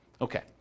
Okay